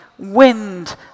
wind